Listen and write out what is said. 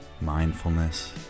mindfulness